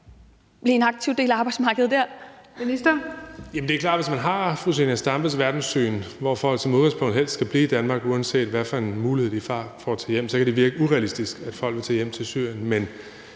blive en aktiv del af arbejdsmarkedet der?